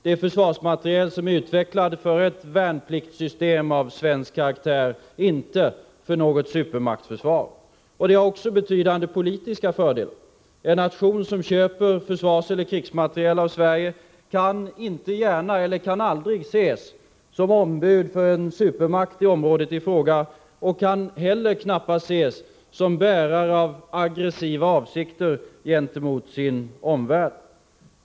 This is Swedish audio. Det är försvarsmateriel som är utvecklad för ett värnpliktssystem av svensk karaktär, inte för något supermaktsförsvar. Det har betydande politiska fördelar. En nation som köper försvarseller krigsmateriel av Sverige kan aldrig ses som ombud för en supermakt i området i fråga och kan knappast heller ses som bärare av aggressiva avsikter gentemot sin omvärld.